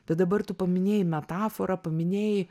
bet dabar tu paminėjai metaforą paminėjai